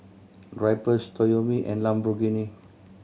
Drypers Toyomi and Lamborghini